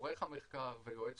עורך המחקר ויועץ